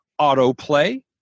autoplay